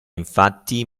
infatti